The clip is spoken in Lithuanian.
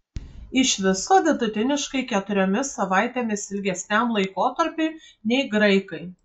iš viso vidutiniškai keturiomis savaitėmis ilgesniam laikotarpiui nei graikai